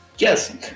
Yes